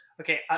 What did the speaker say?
Okay